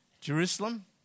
Jerusalem